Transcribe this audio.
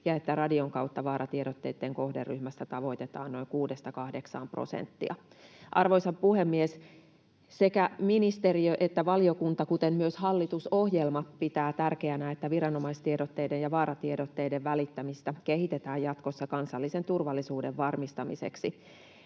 ja että radion kautta vaaratiedotteitten kohderyhmästä tavoitetaan noin 6—8 prosenttia. Arvoisa puhemies! Sekä ministeriö että valiokunta, kuten myös hallitusohjelma, pitää tärkeänä, että viranomaistiedotteiden ja vaaratiedotteiden välittämistä kehitetään jatkossa kansallisen turvallisuuden varmistamiseksi.